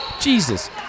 jesus